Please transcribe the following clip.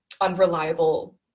unreliable